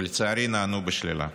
ולצערי נענו בשלילה.